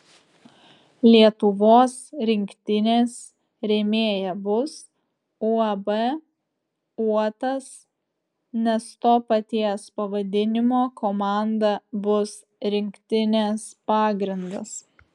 lietuvos rinktinės rėmėja bus uab uotas nes to paties pavadinimo komanda bus rinktinės pagrindas